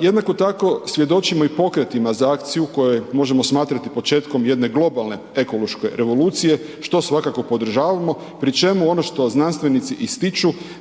Jednako tako svjedočimo i pokretima za akciju koje možemo smatrati početkom jedne globalne ekološke revolucije što svakako podržavamo, pri čemu ono što znanstvenici ističu,